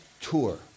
tour